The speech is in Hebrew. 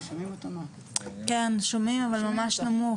מסך שראיתי אותם מסתובבים כאן באורט עושים גם את הפעולות האלה.